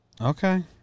Okay